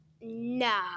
no